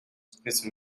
эртнээс